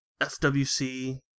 FWC